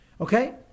Okay